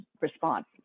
response